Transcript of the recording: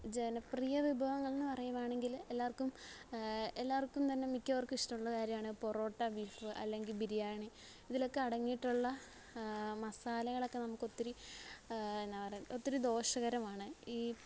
ജനപ്രിയ വിഭവങ്ങളെന്ന് പറയുവാണെങ്കിൽ എല്ലാവർക്കും എല്ലാവർക്കും തന്നെ മിക്കവർക്കും ഇഷ്ടമുള്ള കാര്യമാണ് പൊറോട്ട ബീഫ് അല്ലെങ്കിൽ ബിരിയാണി ഇതിലൊക്കെ അടങ്ങിയിട്ടുള്ള മസാലകളക്കെ നമുക്കൊത്തിരി എന്നാ പറയാ ഒത്തിരി ദോഷകരമാണ് ഈ